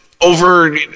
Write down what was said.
over